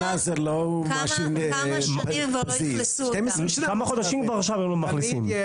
כמה חודשים הם לא מאכלסים.